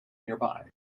nearby